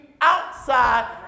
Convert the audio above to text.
outside